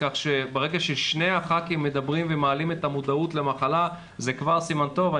ברגע ששני ח"כים מדברים ומעלים את המודעות למחלה זה כבר סימן טוב.